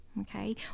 okay